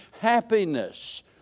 happiness